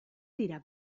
dira